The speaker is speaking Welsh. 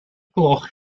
gloch